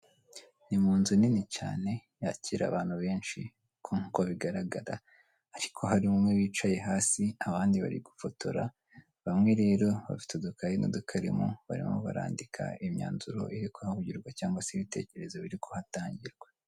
Ni mu nzu nini cyane yakira abantu benshi nkuko bigaragara, ariko hari bamwe bicaye hasi abandi bari gufotora bamwe rero bafite udukayi n'udukaramu barimo barandika imyanzuro iri guhabwa urubyiruko cyangwa se ibitekerezo biri kuhatangirwa.